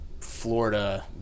Florida